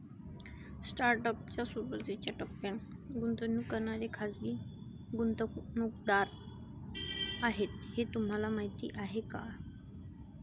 Startup च्या सुरुवातीच्या टप्प्यात गुंतवणूक करणारे खाजगी गुंतवणूकदार आहेत हे तुम्हाला माहीत आहे का?